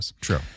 True